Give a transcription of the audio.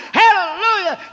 hallelujah